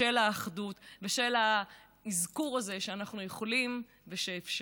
של האחדות ושל האזכור הזה שאנחנו יכולים ושאפשר.